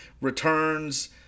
returns